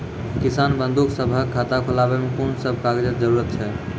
किसान बंधु सभहक खाता खोलाबै मे कून सभ कागजक जरूरत छै?